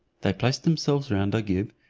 they placed themselves round agib,